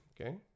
okay